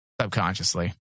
subconsciously